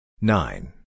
Nine